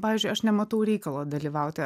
pavyzdžiui aš nematau reikalo dalyvauti